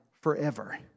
forever